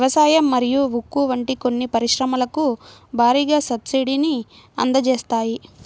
వ్యవసాయం మరియు ఉక్కు వంటి కొన్ని పరిశ్రమలకు భారీగా సబ్సిడీని అందజేస్తాయి